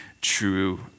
true